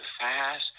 fast